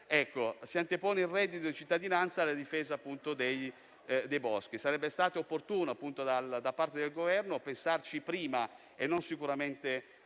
Si antepone il reddito cittadinanza alla difesa dei boschi; sarebbe stato opportuno da parte del Governo pensarci prima, sicuramente non